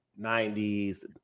90s